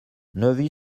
neuvy